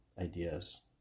ideas